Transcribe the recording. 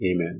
Amen